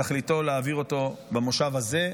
תכליתו להעביר אותו במושב הזה,